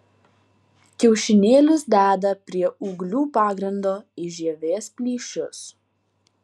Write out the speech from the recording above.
kiaušinėlius deda prie ūglių pagrindo į žievės plyšius